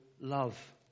Love